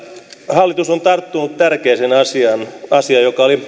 hallitus on tarttunut tärkeään asiaan asiaan joka oli